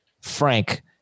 Frank